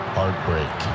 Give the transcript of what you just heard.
Heartbreak